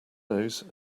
nose